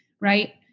right